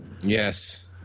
Yes